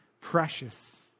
precious